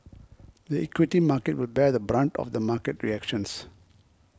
the equity market will bear the brunt of the market reactions